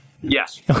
Yes